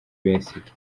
besigye